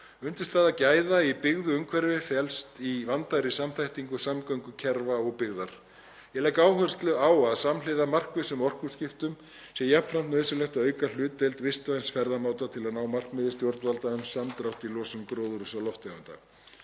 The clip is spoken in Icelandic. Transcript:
Undirstaða gæða í byggðu umhverfi felst í vandaðri samþættingu samgöngukerfa og byggðar. Ég legg áherslu á að samhliða markvissum orkuskiptum er jafnframt nauðsynlegt að auka hlutdeild vistvæns ferðamáta til að ná markmiði stjórnvalda um samdrátt í losun gróðurhúsalofttegunda.